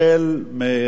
בבקשה.